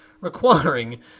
requiring